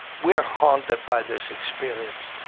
we're haunted by this experience.